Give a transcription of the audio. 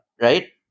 right